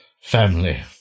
family